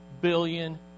billion